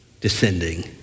descending